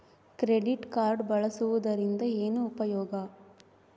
Credit card ಬಳಸುವದರಿಂದ ಏನು ಉಪಯೋಗ?